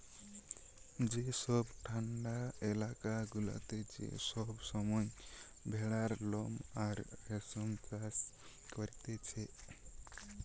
যেসব ঠান্ডা এলাকা গুলাতে সব সময় ভেড়ার লোম আর রেশম চাষ করতিছে